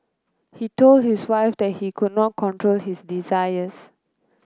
he told his wife that he could not control his desires